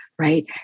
Right